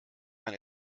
man